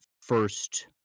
first